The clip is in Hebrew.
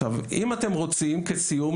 עכשיו אם אתם רוצים כסיום,